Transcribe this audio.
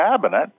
cabinet